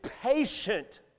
patient